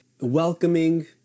welcoming